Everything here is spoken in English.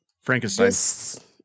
Frankenstein